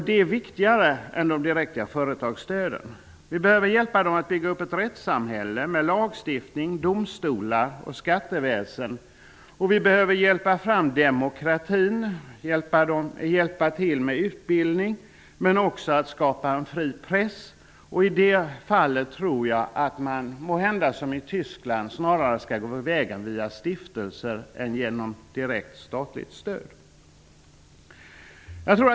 Det är viktigare än de direkta företagsstöden. Vi behöver hjälpa dem att bygga upp ett rättssamhälle med lagstiftning, domstolar och skatteväsende. Vi behöver hjälpa fram demokratin och hjälpa till med utbildning men också att skapa en fri press. I det fallet tror jag att man måhända som Tyskland snarare skall gå till väga genom stiftelser än genom direkt statligt stöd.